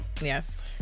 Yes